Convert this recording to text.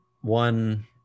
one